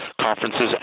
conferences